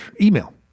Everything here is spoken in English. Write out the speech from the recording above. email